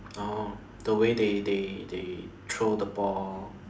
orh the way they they they throw the ball